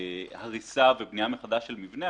הריסה ובנייה מחדש של מבנה,